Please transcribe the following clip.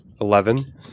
Eleven